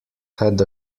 had